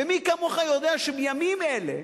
ומי כמוך יודע שבימים אלה,